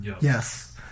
Yes